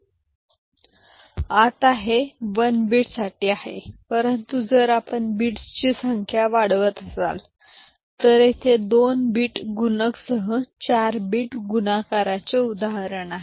y आता हे 1 bit साठी आहे परंतु जर आपण बिट्सची संख्या वाढवत असाल तर येथे 2 बिट गुणकसह 4 बिट गुणाकाराचे उदाहरण आहे